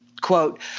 quote